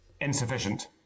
insufficient